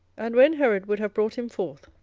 and when herod would have brought him forth,